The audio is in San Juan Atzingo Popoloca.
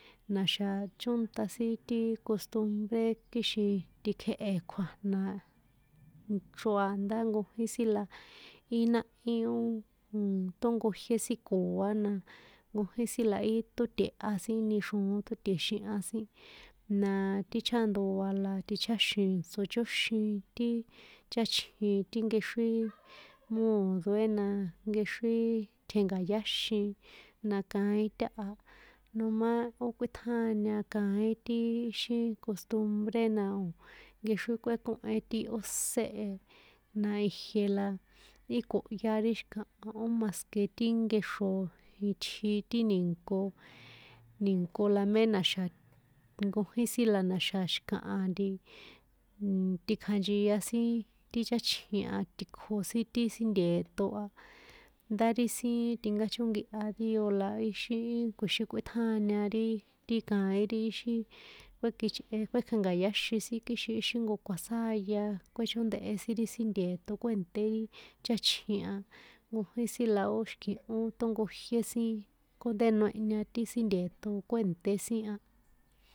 Na̱xa̱ chónta sin ti costumbre kixin tikjehe kjua̱jna ichro a ndá nkojín sin la i nahí ó nnn tonkojie sin koa̱ na nkojín sin la i toteha sin ni xroon totexiha sin na ti chaandoa la ticháxi̱n tsochóxin ti cháchjin ti nkexri moodue na nkexri tjenka̱yáxin na kaín taha noma ó kuítjaña kaín ti xi costumbre nao nkexri kuekohen ti óse e na ijie la i kohya ri xi̱kaha o mas que ti nkexro itji ti ni̱nko ni̱nko la me na̱xa̱ nkojín sin la na̱xa̱ xi̱kaha nti tikjanchia sin ti cháchji a tji̱kjo sin ti sin nte̱to a ndá ti sin tinkachonkiha díos la ixi kjuixin kuitjaña ri ti kaín ti xi kuekichꞌe kuekjenka̱yáxin sin kixin íxi jnko kuasáya kuechóndehe sin ri sin nteto kuenté cháchjin a, nkojín sin la ó xi̱kihó tonkojié sin kjónte noehña ti sin nteto kuenté sin a.